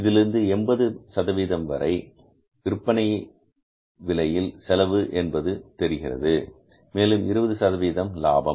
இதிலிருந்து 80 வரை விற்பனை விலையில் செலவு என்பது தெரிகிறது மேலும் 20 சதவீதம் லாபம்